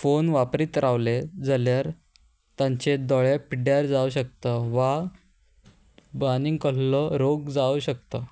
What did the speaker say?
phone वापरीत रावले जाल्यार तांचे दोळे पिड्ड्यार जावं शकता वा आनींग कहल्लो रोग जावं शकता